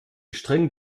streng